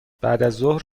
بعدازظهر